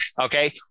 okay